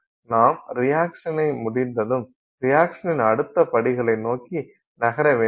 நாம் ரியக்சனை முடிந்ததும் ரியக்சனின் அடுத்த படிகளை நோக்கி நகர வேண்டும்